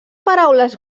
paraules